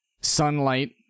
sunlight